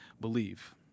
believe